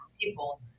people